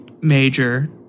major